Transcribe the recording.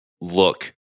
look